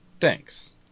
Thanks